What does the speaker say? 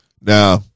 Now